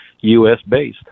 U.S.-based